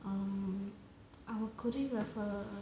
um our choreographer